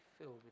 filled